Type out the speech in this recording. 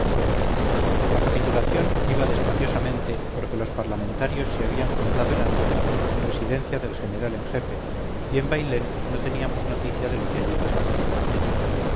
la capitulación iba despaciosamente porque los parlamentarios se habían juntado en andújar residencia del general en jefe y en bailén no teníamos noticia de lo que allí pasaba